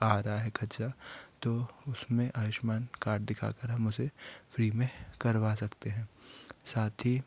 आ रहा है खर्चा तो उसमें आयुष्मान कार्ड दिखा कर हम उसे फ्री में करवा सकते हैं साथ ही